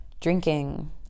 drinking